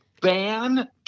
ban